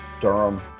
Durham